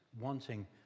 Wanting